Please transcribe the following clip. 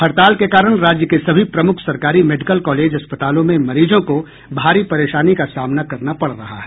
हड़ताल के कारण राज्य के सभी प्रमुख सरकारी मेडिकल कॉलेज अस्पतालों में मरीजों को भारी परेशानी का सामना करना पड़ रहा है